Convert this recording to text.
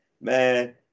man